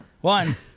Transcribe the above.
One